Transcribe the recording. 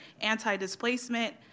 anti-displacement